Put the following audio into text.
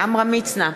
עמרם מצנע,